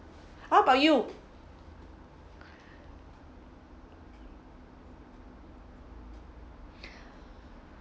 what about you